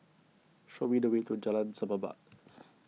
show me the way to Jalan Semerbak